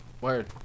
Word